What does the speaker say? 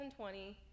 2020